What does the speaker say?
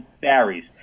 varies